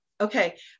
okay